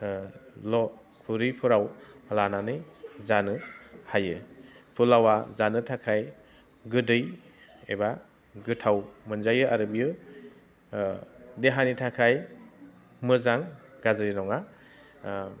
ल' खुरैफोराव लानानै जानो हायो फुलावआ जानो थाखाय गोदै एबा गोथाव मोनजायो आरो बियो देहानि थाखाय मोजां गाज्रि नङा